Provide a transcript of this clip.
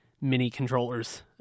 mini-controllers